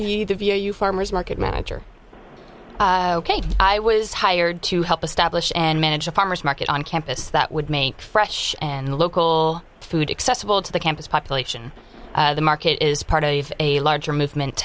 be the view you farmers market manager ok i was hired to help establish and manage a farmer's market on campus that would make fresh and local food accessible to the campus population the market is part of a larger movement